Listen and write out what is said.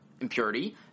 impurity